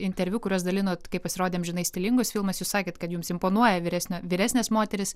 interviu kuriuos dalinot kai pasirodė amžinai stilingos filmas jūs sakėt kad jums imponuoja vyresnio vyresnės moterys